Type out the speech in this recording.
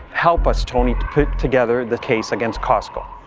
help us, tony, to put together the case against costco.